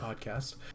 podcast